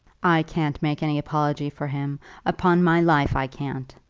i can't make any apology for him upon my life i can't,